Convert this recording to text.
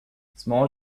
small